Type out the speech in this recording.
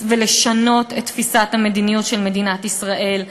ולשנות את תפיסת המדיניות של מדינת ישראל,